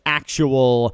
actual